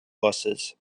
buses